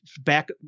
back